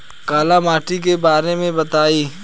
काला माटी के बारे में बताई?